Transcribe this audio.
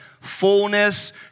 fullness